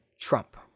Trump